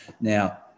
Now